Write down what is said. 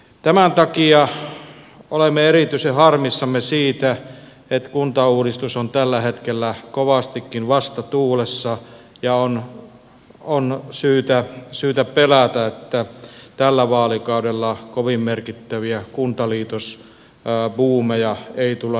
tämän takia olemme erityisen harmissamme siitä että kuntauudistus on tällä hetkellä kovastikin vastatuulessa ja on syytä pelätä että tällä vaalikaudella kovin merkittäviä kuntaliitosbuumeja ei tulla näkemään